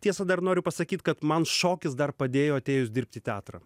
tiesa dar noriu pasakyt kad man šokis dar padėjo atėjus dirbt į teatrą